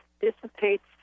dissipates